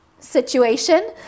situation